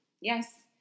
Yes